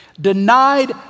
denied